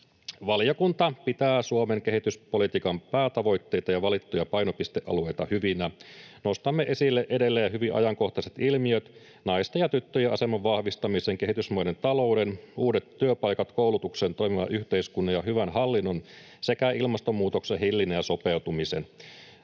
Valiokunta pitää Suomen kehityspolitiikan päätavoitteita ja valittuja painopistealueita hyvinä. Nostamme esille edelleen hyvin ajankohtaiset ilmiöt: naisten ja tyttöjen aseman vahvistamisen, kehitysmaiden talouden, uudet työpaikat, koulutuksen, toimivan yhteiskunnan ja hyvän hallinnon sekä ilmastonmuutoksen hillinnän ja sopeutumisen.